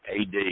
AD